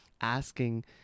asking